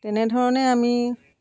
তেনেধৰণে আমি